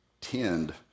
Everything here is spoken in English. tend